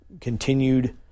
continued